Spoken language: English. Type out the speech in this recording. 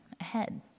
ahead